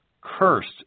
Cursed